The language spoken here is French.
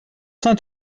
saint